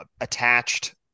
attached